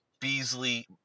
Beasley